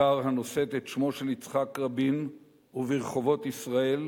בכיכר הנושאת את שמו של יצחק רבין וברחובות ישראל